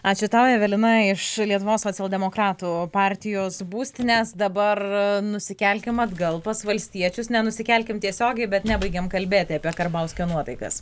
ačiū tau evelina iš lietuvos socialdemokratų partijos būstinės dabar nusikelkim atgal pas valstiečius ne nusikelkim tiesiogiai bet nebaigėm kalbėti apie karbauskio nuotaikas